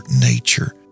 nature